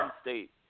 State